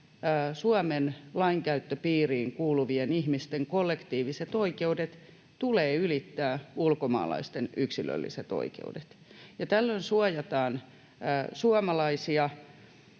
Suomen lainkäyttöpiiriin kuuluvien ihmisten kollektiivisten oikeuksien tulee ylittää ulkomaalaisten yksilölliset oikeudet, ja tällöin suojataan suomalaisia,